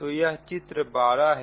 तो यह चित्र 12 है